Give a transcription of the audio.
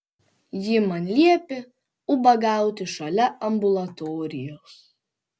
ji man liepė ubagauti šalia ambulatorijos